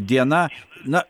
diena na